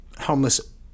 homeless